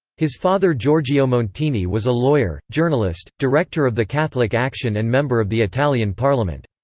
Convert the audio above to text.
his father giorgio montini was a lawyer, journalist, director of the catholic action and member of the italian parliament.